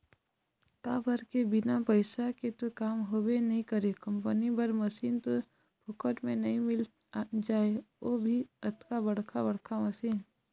काबर के बिना पइसा के तो काम होबे नइ करय कंपनी बर मसीन तो फोकट म तो नइ मिल जाय ओ भी अतका बड़का बड़का मशीन